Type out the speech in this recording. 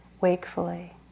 wakefully